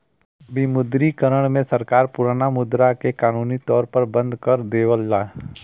विमुद्रीकरण में सरकार पुराना मुद्रा के कानूनी तौर पर बंद कर देवला